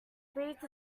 breathed